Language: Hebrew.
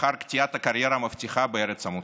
לאחר קטיעת הקריירה המבטיחה בארץ המוצא.